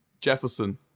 Jefferson